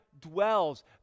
Dwells